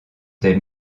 des